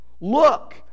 look